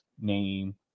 name